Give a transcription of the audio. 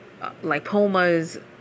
lipomas